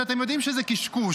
שאתם יודעים שזה קשקוש?